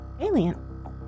alien